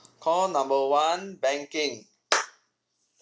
call number one banking